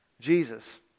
Jesus